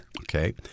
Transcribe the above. okay